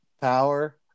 Power